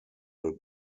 will